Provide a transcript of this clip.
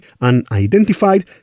unidentified